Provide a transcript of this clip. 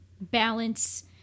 balance